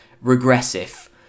regressive